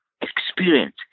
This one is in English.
experience